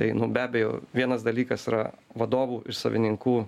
tai nu be abejo vienas dalykas yra vadovų iš savininkų